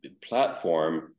platform